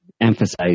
emphasize